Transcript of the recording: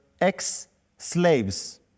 ex-slaves